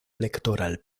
electoral